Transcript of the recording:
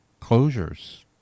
closures